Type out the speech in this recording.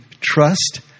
trust